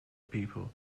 people